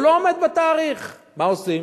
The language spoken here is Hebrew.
והוא לא עומד בתאריך, מה עושים?